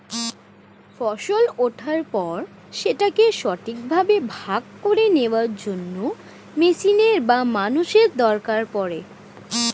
ফসল ওঠার পর সেটাকে ঠিকভাবে ভাগ করে নেওয়ার জন্য মেশিনের বা মানুষের দরকার পড়ে